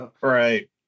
Right